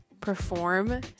perform